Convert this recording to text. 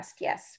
yes